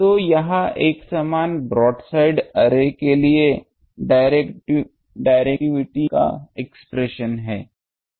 तो यह एक समान ब्रॉडसाइड अर्रे के लिए डिरेक्टिविटी का एक्सप्रेशन है